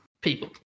People